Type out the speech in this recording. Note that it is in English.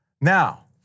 Now